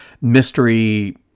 mystery